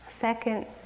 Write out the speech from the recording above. Second